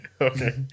Okay